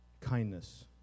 Kindness